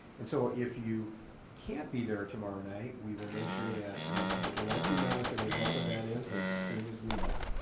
and so if you can't be there tomorrow night, we will make sure that we let you know what the result of that is as soon as we know it.